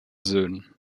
söhnen